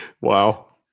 Wow